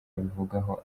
abivugaho